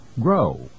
grow